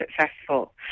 successful